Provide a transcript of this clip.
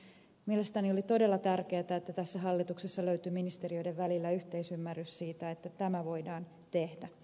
mielestäni oli todella tärkeätä että tässä hallituksessa löytyi ministeriöiden välillä yhteisymmärrys siitä että tämä voidaan tehdä